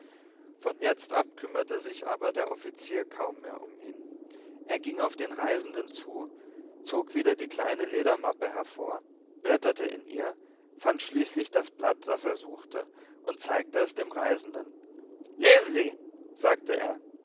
von jetzt ab kümmerte sich aber der offizier kaum mehr um ihn er ging auf den reisenden zu zog wieder die kleine ledermappe hervor blätterte in ihr fand schließlich das blatt das er suchte und zeigte es dem reisenden lesen sie sagte er